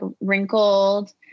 wrinkled